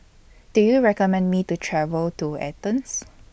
Do YOU recommend Me to travel to Athens